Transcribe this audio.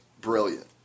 brilliant